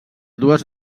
dues